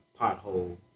Pothole